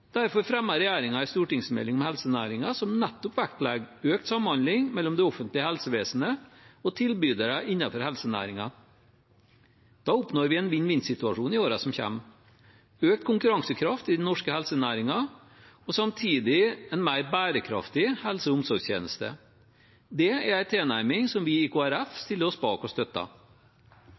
Derfor fremmer regjeringen en stortingsmelding om helsenæringen som nettopp vektlegger økt samhandling mellom det offentlige helsevesenet og tilbydere innenfor helsenæringen. Da oppnår vi en vinn-vinn-situasjon i årene som kommer: økt konkurransekraft i den norske helsenæringen og samtidig en mer bærekraftig helse- og omsorgstjeneste. Det er en tilnærming som vi i Kristelig Folkeparti stiller oss bak og